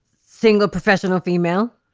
single professional female.